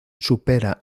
supera